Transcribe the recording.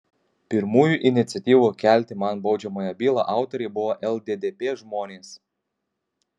pirmųjų iniciatyvų kelti man baudžiamąją bylą autoriai buvo lddp žmonės